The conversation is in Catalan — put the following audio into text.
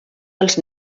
els